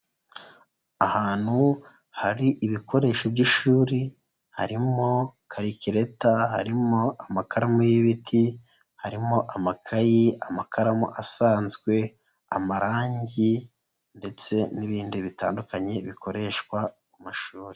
Ahantu hari ibikoresho by'ishuri harimo carikereta, harimo amakaramu y'ibiti, harimo amakayi, amakaramu asanzwe, amarangi ndetse n'ibindi bitandukanye bikoreshwa mu mashuri.